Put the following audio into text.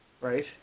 Right